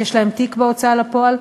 יש להם תיק בהוצאה לפועל,